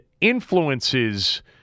influences